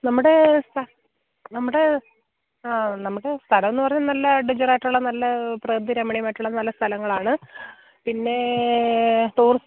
നമ്മുടെ സ്ഥലം നമ്മുടെ ആ നമ്മുടെ സ്ഥലമെന്ന് പറയുന്നത് നല്ല അഡ്വഞ്ചറായിട്ടുള്ള നല്ല പ്രകൃതിരമണീയമായിട്ടുള്ള നല്ല സ്ഥലങ്ങളാണ് പിന്നെ ടൂറിസ്റ്റ്